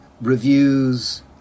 reviews